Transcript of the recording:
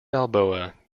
balboa